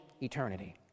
eternity